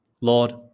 Lord